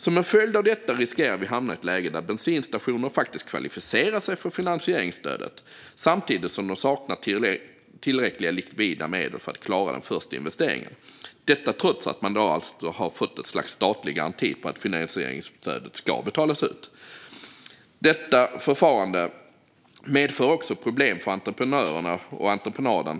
Som en följd av detta riskerar vi att hamna i ett läge där bensinstationer kvalificerar sig för finansieringsstödet samtidigt som de saknar tillräckliga likvida medel för att klara den första investeringen - detta trots att man alltså har fått ett slags statlig garanti för att finansieringsstödet ska betalas ut. Detta förfarande medför också problem för entreprenaden och för entreprenören.